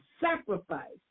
sacrifice